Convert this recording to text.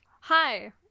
hi